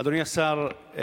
אדוני השר,